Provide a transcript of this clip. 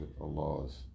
Allah's